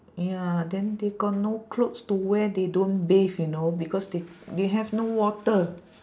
ya then they got no clothes to wear they don't bathe you know because they they have no water